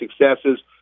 successes